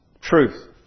truth